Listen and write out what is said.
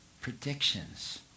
predictions